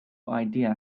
idea